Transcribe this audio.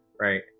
right